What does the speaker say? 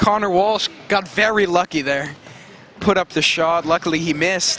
conor walsh got very lucky there put up the shot luckily he miss